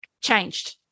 changed